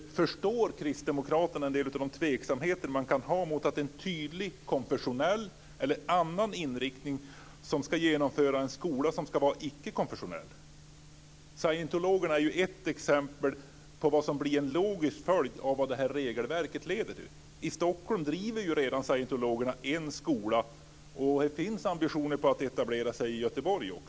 Förstår kristdemokraterna en del av den tveksamhet man kan ha mot att någon med tydlig konfessionell eller annan inriktning ska genomföra en skola som ska vara ickekonfessionell? Scientologerna är ju ett exempel på vad som blir en logisk följd av vad det här regelverket leder till. I Stockholm driver scientologerna redan en skola, och det finns ambitioner att etablera sig också i Göteborg.